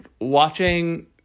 watching